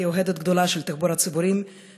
כאוהדת גדולה של תחבורה ציבורית,